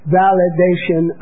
validation